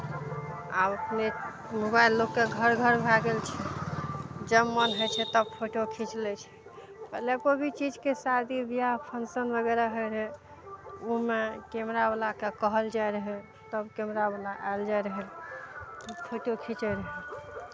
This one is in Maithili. आब अपने मोबाइल लोकके घर घर भए गेल छै जब मन होइ छै तब फोटो खीच लै छै पहिले कोइ भी चीजके शादी बियाह फंक्शन वगैरह होइ रहै ओहिमे कैमरावलाके कहल जाइ रहै तब कैमरावला आयल जाइ रहै फोटो खीचै रहै